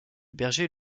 berger